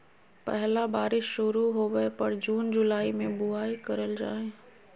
पहला बारिश शुरू होबय पर जून जुलाई में बुआई करल जाय हइ